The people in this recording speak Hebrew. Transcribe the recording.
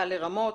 קל לרמות,